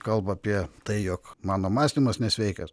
kalba apie tai jog mano mąstymas nesveikas